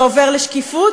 זה עובר לשקיפות,